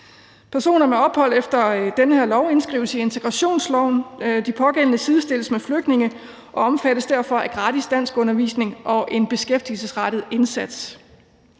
Personer med ophold efter denne lov indskrives i integrationsloven. De pågældende sidestilles med flygtninge og omfattes derfor af gratis danskundervisning og en beskæftigelsesrettet indsats.